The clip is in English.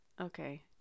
okay